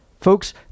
folks